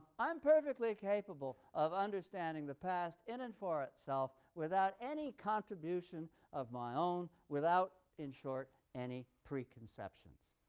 i'm perfectly capable of understanding the past in and for itself without any contribution of my own, without, in short, any preconceptions.